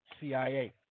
CIA